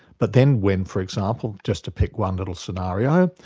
but then when for example, just to pick one little scenario,